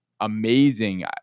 amazing